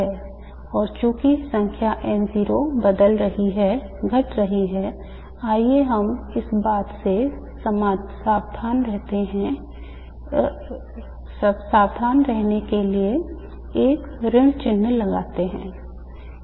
और चूंकि संख्या N0 बदल रही है घट रही है आइए हम इस बात से सावधान रहने के लिए एक ऋण चिह्न लगाते हैं